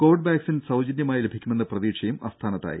Covid vaccine സൌജന്യമായി ലഭിക്കുമെന്ന പ്രതീക്ഷയും അസ്ഥാനത്തായി